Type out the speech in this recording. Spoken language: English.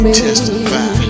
testify